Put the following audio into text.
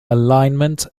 alignment